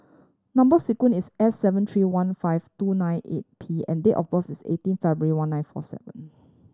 number sequence is S seven three one five two nine eight P and date of birth is eighteen February one nine four seven